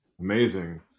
amazing